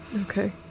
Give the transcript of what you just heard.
Okay